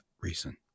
reason